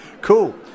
Cool